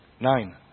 Nine